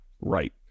right